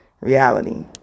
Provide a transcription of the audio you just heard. reality